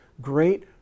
great